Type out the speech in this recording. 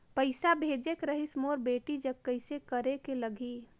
पइसा भेजेक रहिस मोर बेटी जग कइसे करेके लगही?